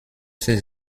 ses